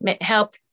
help